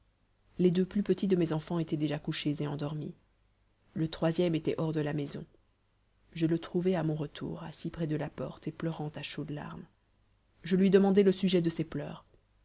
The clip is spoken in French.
les deux plus petits de mes enfants étaient déjà couchés et endormis et le troisième était hors de la maison je le trouvai à mon retour assis près de la porte et pleurant à chaudes larmes je lui demandai le sujet de ses pleurs